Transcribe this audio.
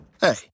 Hey